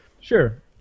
Sure